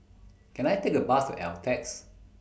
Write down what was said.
Can I Take A Bus to Altez